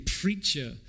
preacher